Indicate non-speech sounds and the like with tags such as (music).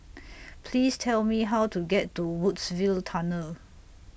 (noise) Please Tell Me How to get to Woodsville Tunnel